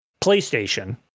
PlayStation